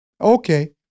Okay